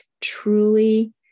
truly